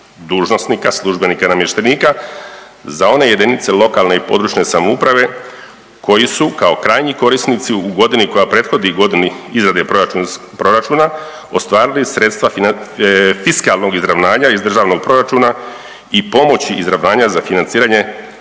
dužnosnika, službenika i namještenika za one jedinice lokalne i područne samouprave koji su kao krajnji korisnici u godini koja prethodi godini izrade proračuna ostvarili sredstva fiskalnog izravnanja iz državnog proračuna i pomoći izravnanja za financiranje